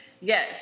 Yes